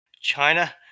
China